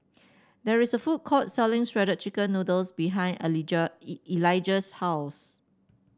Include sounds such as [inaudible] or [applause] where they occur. there is a food court selling Shredded Chicken Noodles behind [unintelligible] Elijah's house